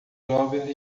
jovens